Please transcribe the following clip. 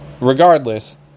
regardless